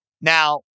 Now